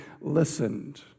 listened